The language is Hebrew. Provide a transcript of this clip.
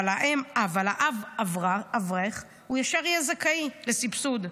האב אברך היא ישר תהיה זכאית לסבסוד,